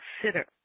consider